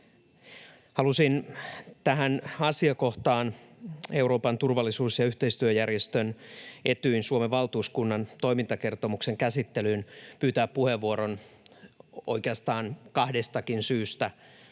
Halusin tähän asiakohtaan, Euroopan turvallisuus- ja yhteistyöjärjestön Etyjin Suomen valtuuskunnan toimintakertomuksen käsittelyyn, pyytää puheenvuoron oikeastaan kahdestakin syystä.